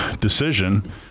decision